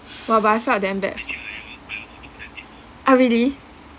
!wah! but I felt damn bad ah really